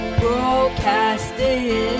broadcasting